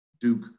Duke